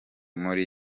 muri